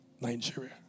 Nigeria